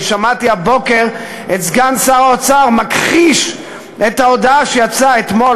שמעתי הבוקר את סגן שר האוצר מכחיש את ההודעה שיצאה אתמול